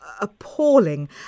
appalling